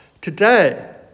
today